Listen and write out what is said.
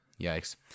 Yikes